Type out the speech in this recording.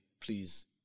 please